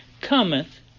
cometh